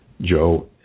Joe